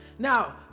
Now